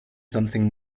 something